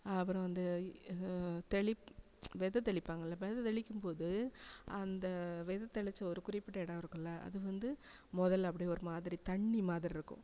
அப்புறம் வந்து தெளிப் வித தெளிப்பாங்களில் வித தெளிக்கும்போது அந்த வித தெளிச்ச ஒரு குறிப்பிட்ட இடம் இருக்கும்ல அது வந்து முதல்ல அப்படி ஒருமாதிரி தண்ணி மாதிரிருக்கும்